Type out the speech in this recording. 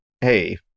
hey